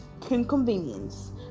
Convenience